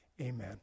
Amen